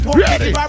ready